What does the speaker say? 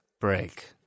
break